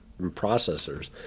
processors